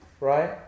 right